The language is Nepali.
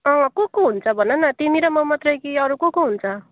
अँ को को हुन्छ भन न तिमी र म मात्रै कि अरू को को हुन्छ